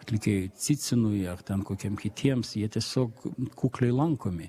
atlikėjui cicinui ar ten kokiem kitiems jie tiesiog kukliai lankomi